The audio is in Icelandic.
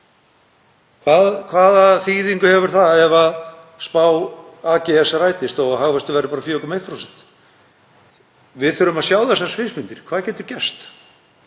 Hvaða þýðingu hefur það ef spá AGS rætist og að hagvöxtur verður bara 4,1%? Við þurfum að sjá þessar sviðsmyndir, hvað geti gerst.